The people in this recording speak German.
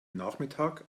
nachmittag